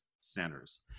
centers